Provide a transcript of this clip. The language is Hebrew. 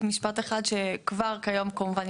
יש